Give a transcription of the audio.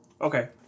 Okay